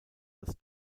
als